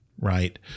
Right